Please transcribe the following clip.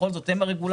בכל זאת הם הרגולטור.